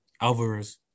Alvarez